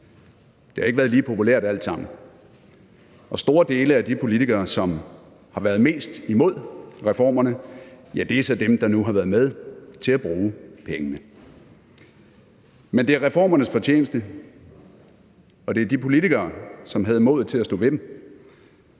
Det har ikke været lige populært alt sammen, og store dele af de politikere, som har været mest imod reformerne, er så dem, der nu har været med til at bruge pengene. Men det er reformernes fortjeneste, og de politikere, som havde modet til at stå ved dem,